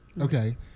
Okay